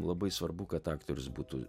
labai svarbu kad aktorius būtų